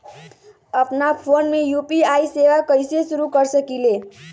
अपना फ़ोन मे यू.पी.आई सेवा कईसे शुरू कर सकीले?